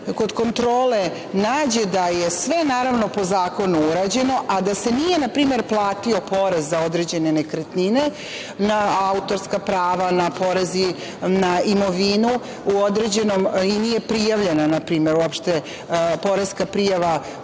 kontrole nađe da je sve, naravno, po zakonu urađeno, a da se nije na primer platio porez za određene nekretnine, na autorska prava, na poreze na imovinu, nije prijavljena, na primer, uopšte poreska prijava